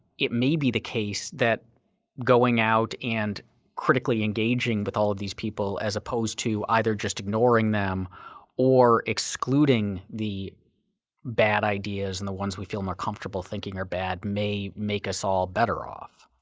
it may be the case that going out and critically engaging with all of these people as opposed to either just ignoring them or excluding the bad ideas and the ones we feel more comfortable thinking are bad may make us all better off.